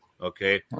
Okay